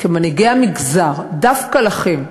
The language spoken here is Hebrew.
כמנהיגי המגזר, דווקא לכם.